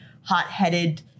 hot-headed